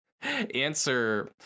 answer